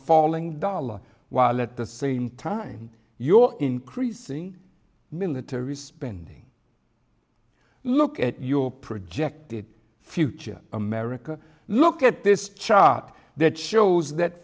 falling dollar while at the same time your increasing military spending look at your projected future america look at this chart that shows that